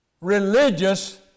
religious